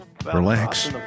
Relax